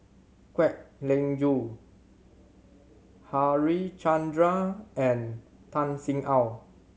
Kwek Leng Joo Harichandra and Tan Sin Aun